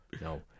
no